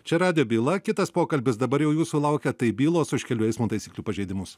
čia radijo byla kitas pokalbis dabar jau jūsų laukia tai bylos už kelių eismo taisyklių pažeidimus